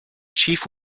chief